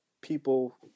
people